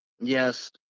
Yes